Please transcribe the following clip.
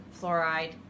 fluoride